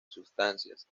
sustancias